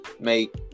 make